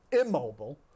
immobile